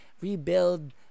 rebuild